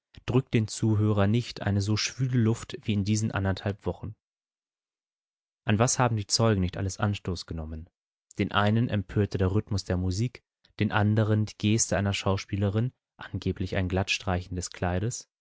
drückt den zuhörer nicht eine so schwüle luft wie in diesen anderthalb wochen an was haben die zeugen nicht alles anstoß genommen den einen empörte der rhythmus der musik den anderen die geste einer schauspielerin angeblich ein glattstreichen des kleides